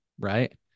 Right